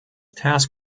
task